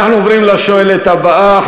אנחנו עוברים לשואלת הבאה,